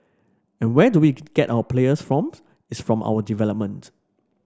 and where do we get our players forms it's from our development